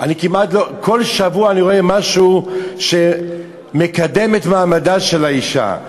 כמעט כל שבוע אני רואה משהו שמקדם את מעמדה של האישה,